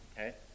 Okay